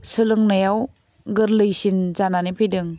सोलोंनायाव गोरलैसिन जानानै फैदों